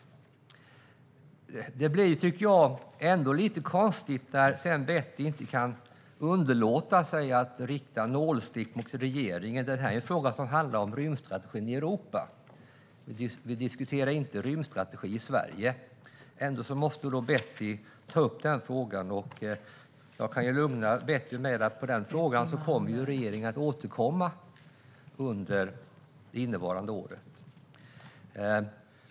Det blir ändå lite konstigt när Betty sedan inte kan underlåta att rikta nålstick mot regeringen. Det här är ju en fråga som handlar om rymdstrategin för Europa. Vi diskuterar inte en rymdstrategi för Sverige. Ändå måste Betty ta upp den frågan. Jag kan lugna Betty med att regeringen kommer att återkomma i frågan under innevarande år.